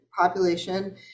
population